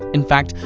in fact,